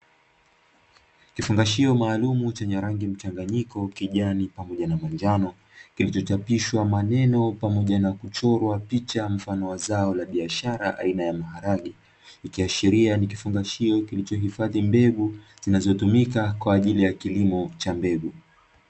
kifungashio maalumu chenye rangi mchanganyiko, kijani pamoja na manjano, kilichochapishwa mananeo pamoja na kuchorwa picha mfano wa zao la biashara aina ya maharage, ikiashiria ni kifungashio kinachohifadhi mbegu zinazotumika kwa ajili ya kilimo cha mbegu.